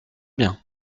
bien